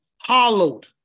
hollowed